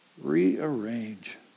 Rearrange